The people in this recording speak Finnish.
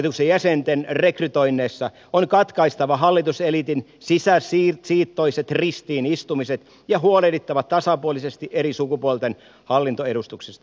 hallituksen jäsenten rekrytoinneissa on katkaistava hallituseliitin sisäsiittoiset ristiin istumiset ja huolehdittava tasapuolisesti eri sukupuolten hallintoedustuksesta